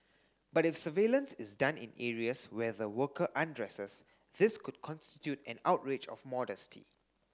but if surveillance is done in areas where the worker undresses this could constitute an outrage of modesty